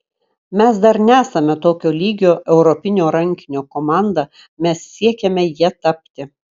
mes dar nesame tokio lygio europinio rankinio komanda mes siekiame ja tapti